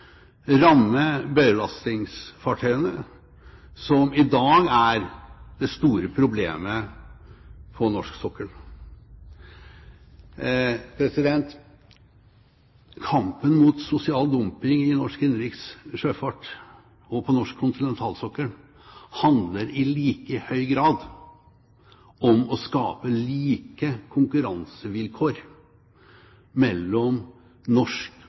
som i dag er det store problemet på norsk sokkel. Kampen mot sosial dumping i norsk innenriks sjøfart og på norsk kontinentalsokkel handler i like høy grad om å skape like konkurransevilkår mellom